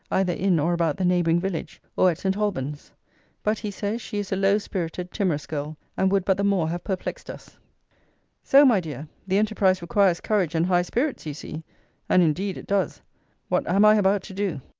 either in or about the neighbouring village, or at st. alban's but, he says, she is a low-spirited, timorous girl, and would but the more have perplexed us so, my dear, the enterprise requires courage and high spirits, you see and indeed it does what am i about to do!